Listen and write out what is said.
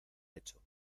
hecho